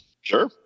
sure